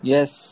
Yes